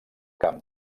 camp